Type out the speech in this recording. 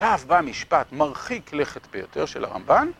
ואז בא משפט מרחיק לכת ביותר של הרמב״ן